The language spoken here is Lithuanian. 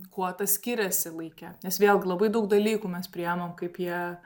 kuo tas skiriasi laike nes vėlgi labai daug dalykų mes priimam kaip jie